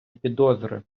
підозри